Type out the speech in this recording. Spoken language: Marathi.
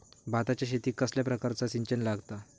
भाताच्या शेतीक कसल्या प्रकारचा सिंचन लागता?